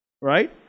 Right